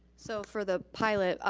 so for the pilot,